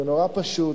זה נורא פשוט,